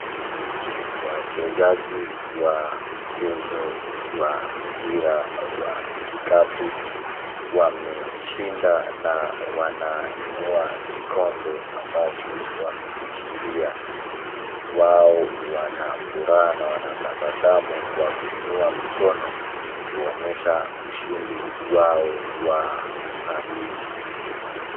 Wachezaji wa mchezo wa mpira wa kikapu wameshinda na wanainua kikombe ambacho wamejishindia wao wana furaha na wanatabasamu kwa kuinua mikono kuonyesha ushindi wao wa uhalisi.